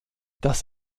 das